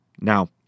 Now